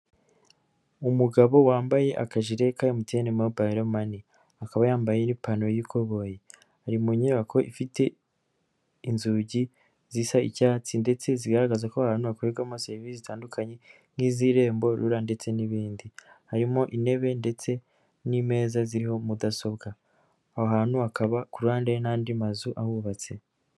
Umugabo wambaye akajereka mutine mobayiromane akaba yambaye n'ipantaro y'ikoboyi ari mu nyubako ifite inzugi zisa icyatsi ndetse zigaragaza ko ahantu hakorerwamo serivisi zitandukanye, nk'iz'irembo rora ndetse n'ibindi harimo intebe ndetse n'imeza ziriho mudasobwa aho hantu hakaba ku ruhande n'andi mazu ahubatse.